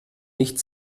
nicht